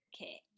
Okay